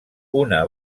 una